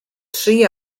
tri